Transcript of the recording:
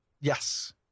Yes